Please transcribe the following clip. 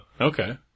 Okay